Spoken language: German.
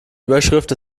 überschrift